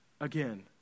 again